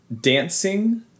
dancing